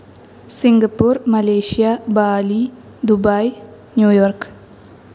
Singapore Malaysia Bali Dubai New York